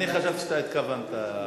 אני חשבתי שאתה התכוונת אליו.